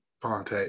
fonte